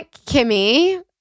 kimmy